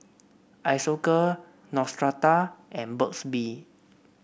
Isocal Neostrata and Burt's Bee